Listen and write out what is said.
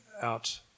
out